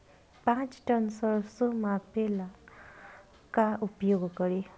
पाँच टन सरसो मापे ला का उपयोग करी?